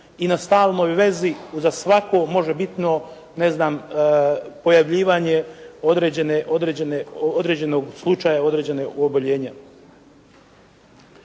i na stalnoj vezi uza svako možebitno ne znam pojavljivanje određenog slučaja, određenog oboljenja.